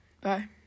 Bye